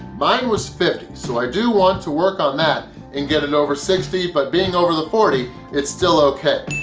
mine was fifty, so i do want to work on that and get it over sixty but being over the forty, it's still okay.